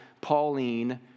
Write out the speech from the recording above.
Pauline